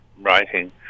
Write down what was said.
writing